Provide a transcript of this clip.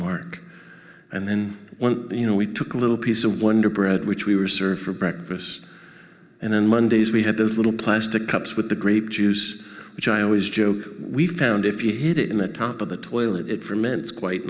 mark and then when you know we took a little piece of wonder bread which we reserve for breakfast and on mondays we had those little plastic cups with the grape juice which i always joke we found if you hid it in the top of the toilet it ferments quite